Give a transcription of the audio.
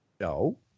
No